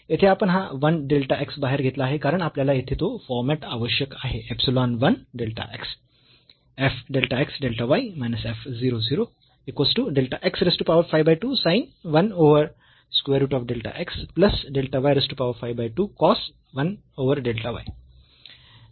येथे आपण हा 1 डेल्टा x बाहेर घेतला आहे कारण आपल्याला येथे तो फॉरमॅट आवश्यक आहे इप्सिलॉन 1 डेल्टा x